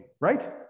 Right